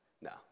No